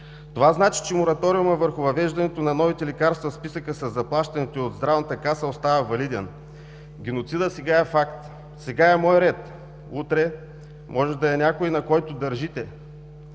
Това значи, че мораториумът върху въвеждането на новите лекарства в списъка със заплащаните от Здравната каса остава валиден. Геноцидът сега е факт. Сега е мой ред, утре може да е някой, на когото държите,